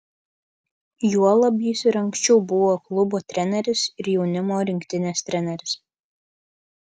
juolab jis ir anksčiau buvo klubo treneris ir jaunimo rinktinės treneris